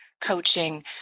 coaching